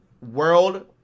world